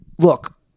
Look